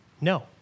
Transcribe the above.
No